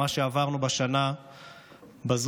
מה שעברנו בשנה הזו,